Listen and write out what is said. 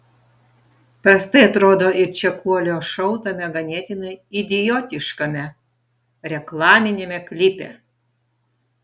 prastai atrodo ir čekuolio šou tame ganėtinai idiotiškame reklaminiame klipe